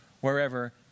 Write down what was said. wherever